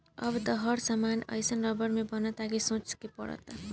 अब त हर सामान एइसन रबड़ से बनता कि सोचे के पड़ता